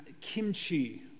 kimchi